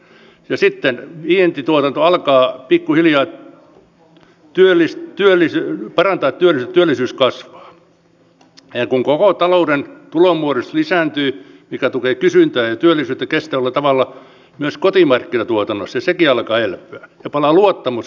ja sitten vientituotanto alkaa pikkuhiljaa parantaa työllisyyskasvua ja kun koko talouden tulonmuodostus lisääntyy se tukee kysyntää ja työllisyyttä kestävällä tavalla myös kotimarkkinatuotannossa ja sekin alkaa elpyä ja palaa luottamus suomen talouteen